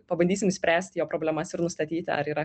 pabandysim išspręsti jo problemas ir nustatyti ar yra